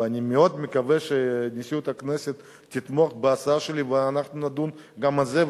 ואני מאוד מקווה שנשיאות הכנסת תתמוך בהצעה שלי ואנחנו נדון גם על זה.